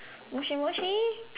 moshi moshi